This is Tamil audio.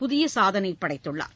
புதிய சாதனை படைத்துள்ளார்